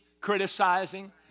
criticizing